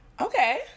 okay